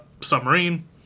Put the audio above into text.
submarine